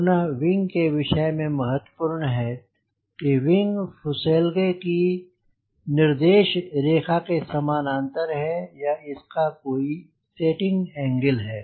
पुनः विंग के विषय में महत्वपूर्ण है कि विंग फुसेलगे की निर्देश रेखा के सामानांतर है या इसका कोई सेटिंग एंगल है